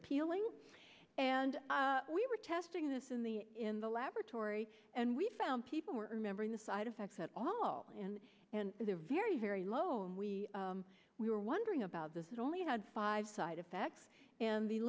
appealing and we were testing this in the in the laboratory and we found people were remembering the side effects at all in and the very very low and we we were wondering about this it only had five side effects and the